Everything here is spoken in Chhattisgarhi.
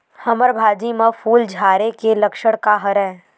हमर भाजी म फूल झारे के लक्षण का हरय?